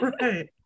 Right